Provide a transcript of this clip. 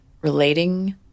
relating